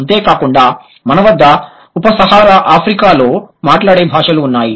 అంతేకాకుండా మన వద్ద ఉప సహారా ఆఫ్రికాలో మాట్లాడే భాషలు ఉన్నాయి